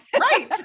right